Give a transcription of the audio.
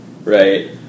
Right